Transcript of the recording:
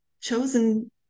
chosen